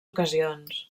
ocasions